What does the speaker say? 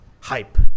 hype